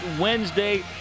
Wednesday